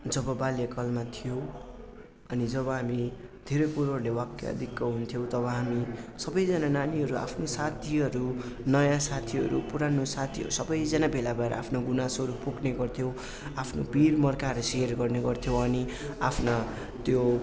जब बाल्यकालमा थियो अनि जब हामी धेरै कुरोहरूले वाक्क दिक्क हुन्थ्यौँ तब हामी सबैजना नानीहरू आफ्नो साथीहरू नयाँ साथीहरू पुरानो साथीहरू सबैजना भेला भएर आफ्नो गुनासोहरू पोख्ने गर्थ्यौँ आफ्नो पिर मर्काहरू सेयर गर्ने गर्थ्यौँ अनि आफ्ना त्यो